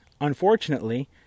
unfortunately